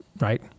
right